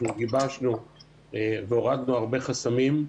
אנחנו גיבשנו והורדנו הרבה חסמים.